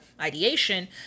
ideation